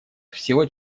всего